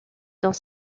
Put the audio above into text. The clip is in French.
dans